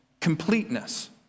completeness